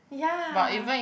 ya